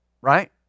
Right